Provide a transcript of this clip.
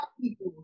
people